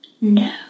no